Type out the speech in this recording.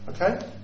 Okay